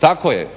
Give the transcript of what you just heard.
tako je.